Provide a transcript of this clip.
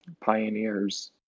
pioneers